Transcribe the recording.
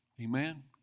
Amen